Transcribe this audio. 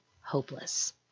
hopeless